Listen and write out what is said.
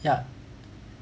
ya